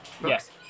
Yes